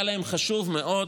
היה להם חשוב מאוד